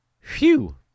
Phew